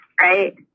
right